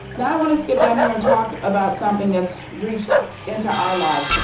now i want to skip down here and talk about something that's reached into our lives.